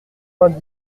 vingt